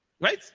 Right